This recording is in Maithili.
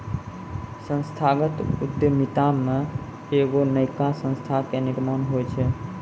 संस्थागत उद्यमिता मे एगो नयका संस्था के निर्माण होय छै